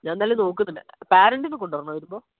ഞാന് എന്തായാലും നോക്കുന്നുണ്ട് പാരന്റിനെ കൊണ്ട് വരണോ വരുമ്പോൾ